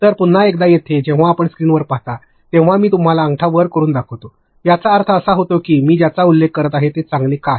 तर पुन्हा एकदा येथे जेव्हा आपण स्क्रीनवर पाहता जेव्हा मी तुम्हाला अंगठा वर करून दाखवितो याचा अर्थ असा होतो की मी ज्याचा उल्लेख करीत आहे ते चांगले का आहे